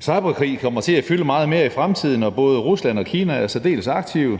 Cyberkrig kommer til at fylde meget mere i fremtiden, og både Rusland og Kina er særdeles aktive,